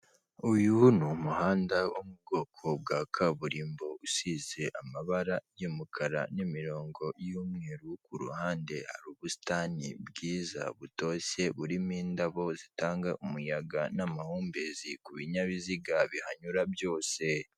Uyu ni umuhanda wo mu bwoko bwa kaburimbo usize amabara y'umukara n'imirongo y'umweru, ku ruhande rw'ubusitani bwiza butoshye burimo indabo zitanga umuyaga n'amahumbezi ku binyabiziga bihanyura byose.